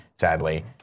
sadly